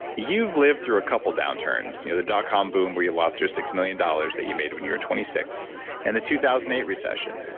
you've lived through a couple downturns, you know the dot-com boom where you lost your six million dollars that you made when you were twenty six and the two thousand and eight recession.